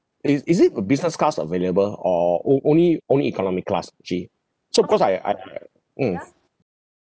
is is it business class available or o~ only only economy class actually so because I I I mm